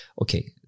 okay